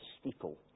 steeple